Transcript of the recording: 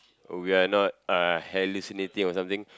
we are not uh hallucinating or something